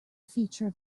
feature